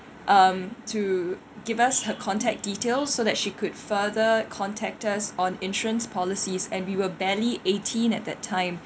um to give us her contact details so that she could further contact us on insurance policies and we were barely eighteen at that time